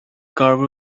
cargo